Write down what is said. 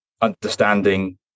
understanding